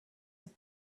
have